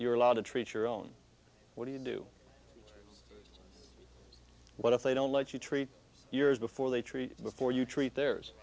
you're allowed to treat your own what do you do what if they don't let you treat yours before they treat before you treat the